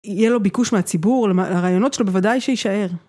יהיה לו ביקוש מהציבור, הרעיונות שלו בוודאי שיישאר.